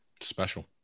special